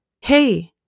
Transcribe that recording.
Hey